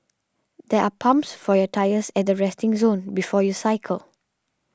there are pumps for your tyres at the resting zone before you cycle